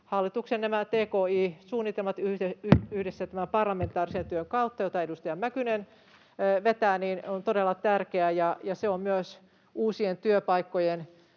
hallituksen tki-suunnitelmat yhdessä tämän parlamentaarisen työn kautta, jota edustaja Mäkynen vetää, on todella tärkeä, ja se on myös uusien työpaikkojen